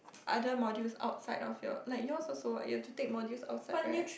other module outside of your like yours also you have to take modules outside right